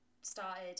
started